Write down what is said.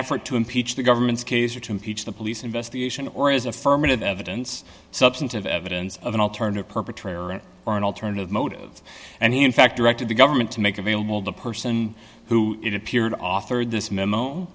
effort to impeach the government's case or to impeach the police investigation or is affirmative evidence substantive evidence of an alternative perpetrator or an alternative motive and he in fact directed the government to make available the person who it appeared authored this memo